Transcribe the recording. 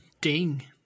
Ding